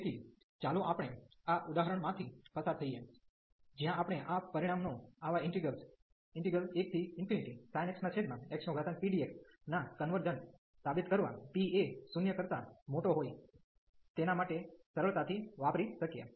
તેથી ચાલો આપણે આ ઉદાહરણ માંથી પસાર થઈએ જ્યાં આપણે આ પરિણામનો આવા ઇન્ટિગ્રેલ્સ 1sin x xpdx ના કન્વર્જન્ટ સાબિત કરવા p એ 0 કરતા મોટો હોય તેના માટે સરળતાથી વાપરી શકીએ